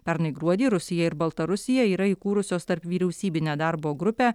pernai gruodį rusija ir baltarusija yra įkūrusios tarpvyriausybinę darbo grupę